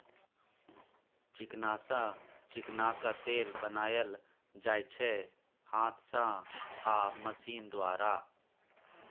चिकना सँ चिकनाक तेल बनाएल जाइ छै हाथ सँ आ मशीन द्वारा